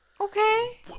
okay